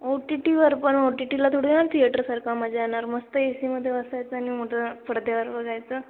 ओ T टीवर पण O T टीला थोडीना थिएटरसारखा मजा येणार मस्त ए सीमध्ये बसायचं आणि मोठं पडद्यावर बघायचं